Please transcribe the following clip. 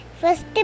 first